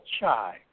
chai